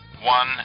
One